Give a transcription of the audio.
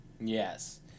Yes